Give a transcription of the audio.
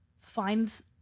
finds